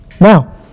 Now